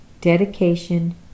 Dedication